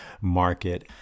market